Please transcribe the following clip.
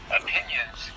opinions